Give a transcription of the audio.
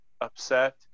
upset